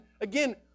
again